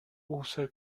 also